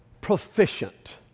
proficient